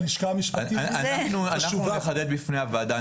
אנחנו נחדד בפני הוועדה.